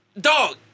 Dog